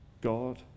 God